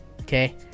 Okay